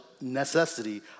necessity